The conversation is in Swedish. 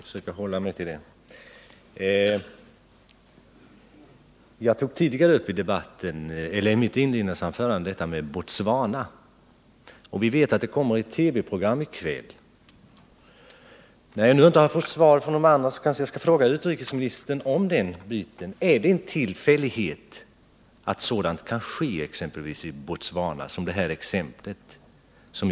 Herr talman! Jag tog i mitt inledningsanförande upp detta med Botswana, och det kommer ett TV-program om det i kväll. När jag inte har fått svar från de andra kanske jag skall fråga utrikesministern: Är det en tillfällighet att sådant som det jag åberopade i fråga om Botswana kan ske?